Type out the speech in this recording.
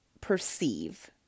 perceive